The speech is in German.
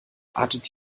artet